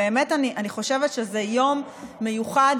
באמת אני חושבת שזה יום מיוחד.